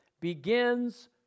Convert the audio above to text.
begins